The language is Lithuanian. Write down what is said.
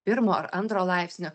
pirmo ar antro laipsnio